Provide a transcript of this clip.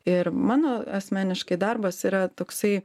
ir mano asmeniškai darbas yra toksai